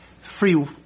free